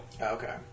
Okay